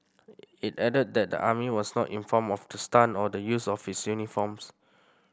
it added that the army was not informed of the stunt or the use of its uniforms